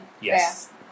Yes